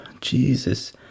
Jesus